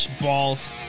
Balls